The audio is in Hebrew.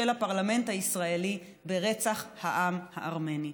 של הפרלמנט הישראלי, ברצח העם הארמני.